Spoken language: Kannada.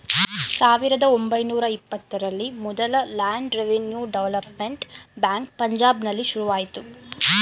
ಸಾವಿರದ ಒಂಬೈನೂರ ಇಪ್ಪತ್ತರಲ್ಲಿ ಮೊದಲ ಲ್ಯಾಂಡ್ ರೆವಿನ್ಯೂ ಡೆವಲಪ್ಮೆಂಟ್ ಬ್ಯಾಂಕ್ ಪಂಜಾಬ್ನಲ್ಲಿ ಶುರುವಾಯ್ತು